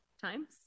times